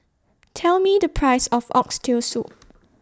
Tell Me The Price of Oxtail Soup